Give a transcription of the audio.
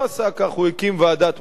הוא הקים ועדת מומחים,